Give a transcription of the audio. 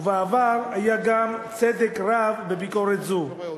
ובעבר היה גם צדק רב בביקורת זו.